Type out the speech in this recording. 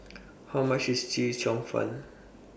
How much IS Chee Cheong Fun